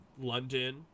london